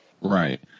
Right